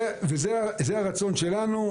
זה הרצון שלנו,